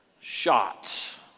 shots